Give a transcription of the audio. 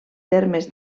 termes